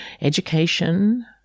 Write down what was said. education